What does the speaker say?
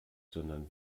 sondern